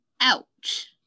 ouch